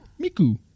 Miku